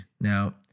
Now